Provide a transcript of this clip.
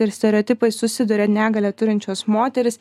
ir stereotipais susiduria negalią turinčios moterys